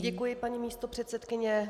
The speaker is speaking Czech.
Děkuji, paní místopředsedkyně.